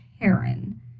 Karen